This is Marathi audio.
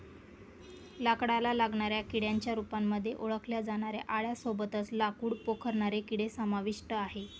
लाकडाला लागणाऱ्या किड्यांच्या रूपामध्ये ओळखल्या जाणाऱ्या आळ्यां सोबतच लाकूड पोखरणारे किडे समाविष्ट आहे